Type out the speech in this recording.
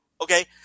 Okay